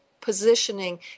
positioning